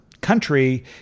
country